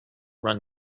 run